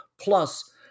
Plus